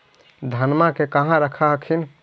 धनमा के कहा रख हखिन?